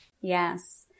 Yes